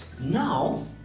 now